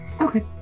Okay